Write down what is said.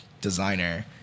designer